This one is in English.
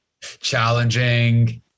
challenging